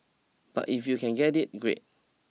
but if you can get it great